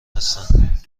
هستند